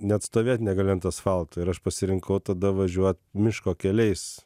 net stovėt negali ant asfalto ir aš pasirinkau tada važiuot miško keliais